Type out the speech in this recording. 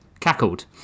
cackled